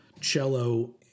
cello